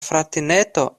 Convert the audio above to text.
fratineto